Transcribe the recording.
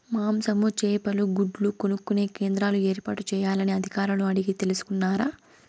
మాంసము, చేపలు, గుడ్లు కొనుక్కొనే కేంద్రాలు ఏర్పాటు చేయాలని అధికారులను అడిగి తెలుసుకున్నారా?